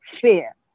fear